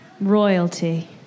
Royalty